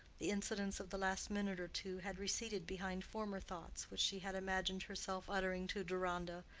the incidents of the last minute or two had receded behind former thoughts which she had imagined herself uttering to deronda,